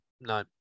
No